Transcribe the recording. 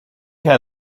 had